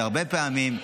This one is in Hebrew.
והרבה פעמים,